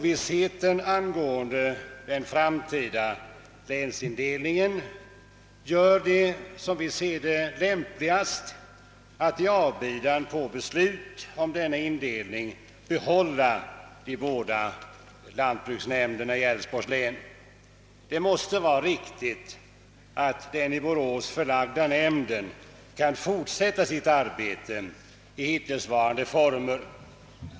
Ovissheten angående den framtida länsindelningen gör, som vi ser det, lämpligast att i avvaktan på beslut om denna indelning behålla de båda lantbruksnämnderna i Älvsborgs län. Det måste vara riktigt att den till Borås förlagda nämnden kan fortsätta sitt arbete i hittillsvarande former.